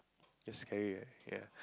just scary right ya